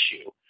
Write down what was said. issue